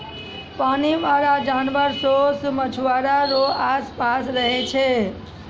पानी बाला जानवर सोस मछुआरा रो आस पास रहै छै